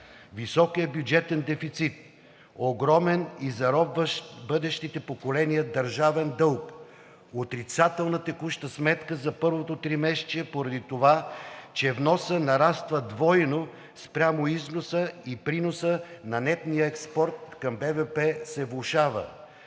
високият бюджетен дефицит, огромен и заробващ бъдещите поколения държавен дълг, отрицателна текуща сметка за първото тримесечие, поради това че вносът нараства двойно спрямо износа и приносът на нетния експорт към брутния